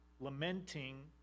lamenting